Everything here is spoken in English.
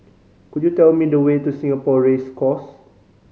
could you tell me the way to Singapore Race Course